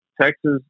Texas